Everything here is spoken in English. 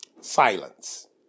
Silence